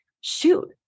shoot